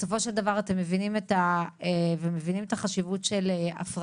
בסופו של דבר אתם מבינים את החשיבות של הפרדה